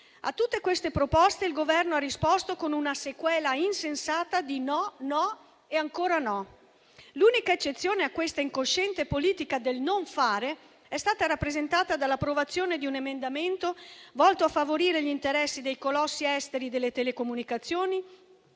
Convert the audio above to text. A tutte queste proposte il Governo ha risposto con una sequela insensata di "no", "no" e ancora "no". L'unica eccezione a questa incosciente politica del non fare è stata rappresentata dall'approvazione di un emendamento volto a favorire gli interessi dei colossi esteri delle telecomunicazioni,